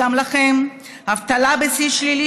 גם לכם: אבטלה בשיא שלילי,